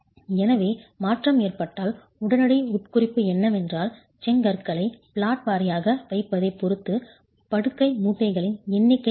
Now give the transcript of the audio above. எனவே மாற்றம் ஏற்பட்டால் உடனடி உட்குறிப்பு என்னவென்றால் செங்கற்களை பிளாட் வாரியாக வைப்பதைப் பொறுத்து படுக்கை மூட்டுகளின் எண்ணிக்கை மாறும்